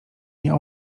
nie